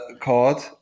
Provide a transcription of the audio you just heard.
card